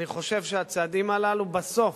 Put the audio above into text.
אני חושב שהצעדים הללו בסוף